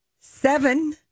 seven